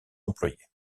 employés